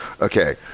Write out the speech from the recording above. Okay